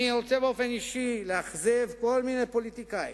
אני רוצה באופן אישי לאכזב כל מיני פוליטיקאים,